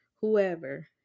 whoever